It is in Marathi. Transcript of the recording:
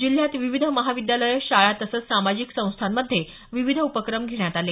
जिल्ह्यात विविध महाविद्यालयं शाळा तसंच सामाजिक संस्थांमध्ये विविध उपक्रम घेण्यात आले